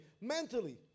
mentally